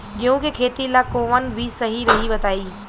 गेहूं के खेती ला कोवन बीज सही रही बताई?